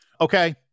Okay